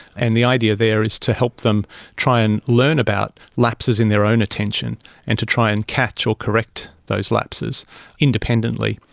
and the idea there is to help them try and learn about lapses in their own attention and to try and catch or correct those lapses independently.